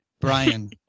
Brian